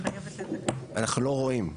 אנחנו לא רואים.